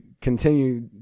continue